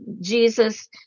jesus